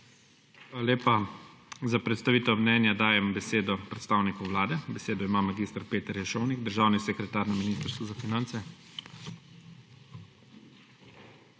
Hvala lepa. Za predstavitev mnenja dajem besedo predstavniku Vlade. Besedo ima mag. Peter Ješovnik, državni sekretar na Ministrstvu za finance.